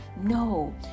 No